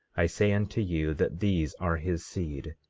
i say unto you, that these are his seed,